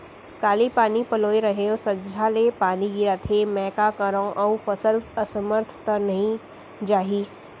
काली पानी पलोय रहेंव, संझा ले पानी गिरत हे, मैं का करंव अऊ फसल असमर्थ त नई जाही?